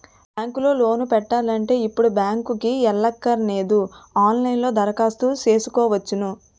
bank లో loan పెట్టాలంటే ఇప్పుడు బ్యాంకుకి ఎల్లక్కరనేదు ఆన్ లైన్ లో దరఖాస్తు సేసుకోవచ్చును